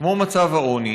כמו מצב העוני,